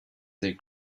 they